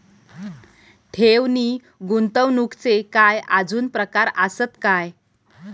ठेव नी गुंतवणूकचे काय आजुन प्रकार आसत काय?